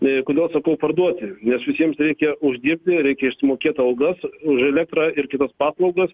kodėl sakau parduoti nes visiems reikia uždirbti reikia išsimokėt algas už elektrą ir kitas paslaugas